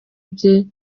bye